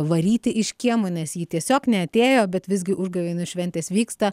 varyti iš kiemo nes ji tiesiog neatėjo bet visgi užgavėnių šventės vyksta